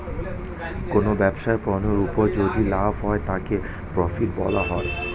কোনো ব্যবসায় পণ্যের উপর যদি লাভ হয় তাকে প্রফিট বলা হয়